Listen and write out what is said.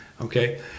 Okay